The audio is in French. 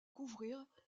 couvrir